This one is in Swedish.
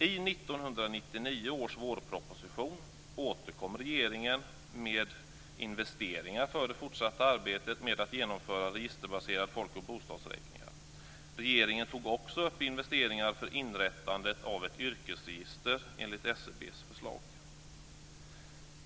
I 1999 års vårproposition återkom regeringen med investeringar för det fortsatta arbetet med att genomföra registerbaserade folk och bostadsräkningar. Regeringen tog också upp investeringar för inrättandet av ett yrkesregister enligt SCB:s förslag.